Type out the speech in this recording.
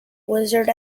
wizard